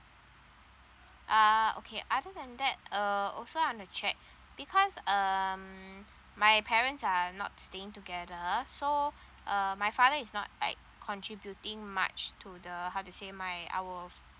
uh okay other than that uh also I want to check because um my parents are not staying together so um my father is not like contributing much to the how to say my our our